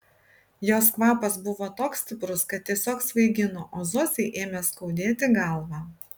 jos kvapas buvo toks stiprus kad tiesiog svaigino o zosei ėmė skaudėti galvą